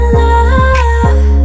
love